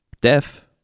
deaf